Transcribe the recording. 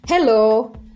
Hello